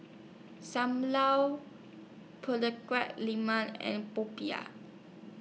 SAM Lau and Popiah